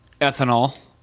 ethanol